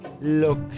Look